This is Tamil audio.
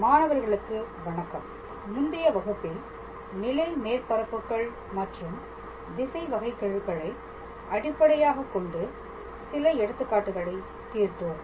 மாணவர்களுக்கு வணக்கம் முந்தைய வகுப்பில் நிலை மேற்பரப்புகள் மற்றும் திசை வகைகெழுக்களை அடிப்படையாக கொண்டு சில எடுத்துக்காட்டுகளை தீர்த்தோம்